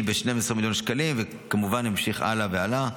ב-12 מיליון שקלים וכמובן ימשיך הלאה והלאה,